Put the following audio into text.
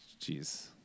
jeez